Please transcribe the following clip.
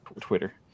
Twitter